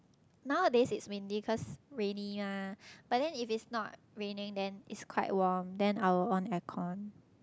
now this is windy cause rainy mah but then if it is not raining then is quite warm then I will on aircon